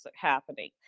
happening